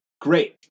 great